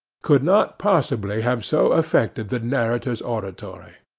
could not possibly have so affected the narrator's auditory.